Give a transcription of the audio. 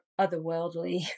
otherworldly